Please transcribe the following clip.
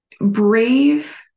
brave